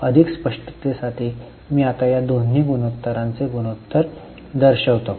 अधिक स्पष्टतेसाठी मी आता या दोन्ही गुणोत्तरांचे गुणोत्तर दर्शवितो